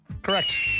Correct